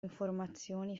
informazioni